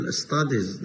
studies